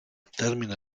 termine